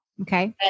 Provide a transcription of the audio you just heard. Okay